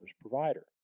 provider